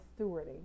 Stewarding